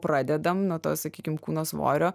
pradedam nuo to sakykim kūno svorio